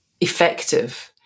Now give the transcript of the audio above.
effective